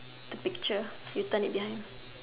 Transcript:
the picture you turn it behind